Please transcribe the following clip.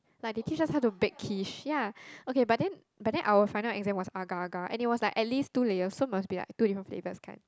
like they teach us how bake Quiche ya okay but then but then our final exam was agar-agar and it was like at least two layers so must be like two different flavor kind